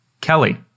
kelly